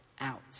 out